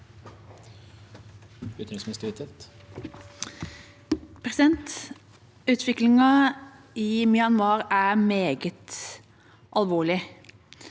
Utviklingen i Myanmar er meget alvorlig.